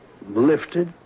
lifted